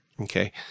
Okay